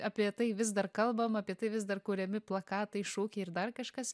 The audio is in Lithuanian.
apie tai vis dar kalbam apie tai vis dar kuriami plakatai šūkiai ir dar kažkas